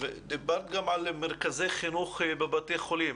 דיברת גם על מרכזי חינוך בבתי חולים,